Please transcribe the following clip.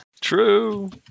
true